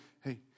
hey